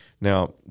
Now